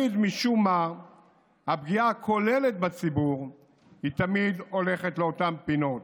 משום מה הפגיעה הכוללת בציבור תמיד הולכת לאותן פינות.